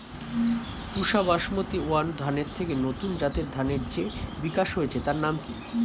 পুসা basmati one ধানের থেকে নতুন জাতের ধানের যে বিকাশ হয়েছে তার নাম কি?